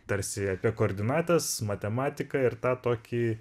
tarsi apie koordinates matematiką ir tą tokį